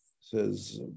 says